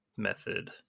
method